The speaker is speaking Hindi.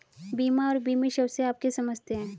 बीमा और बीमित शब्द से आप क्या समझते हैं?